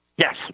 Yes